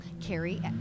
Carrie